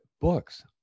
books